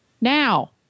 now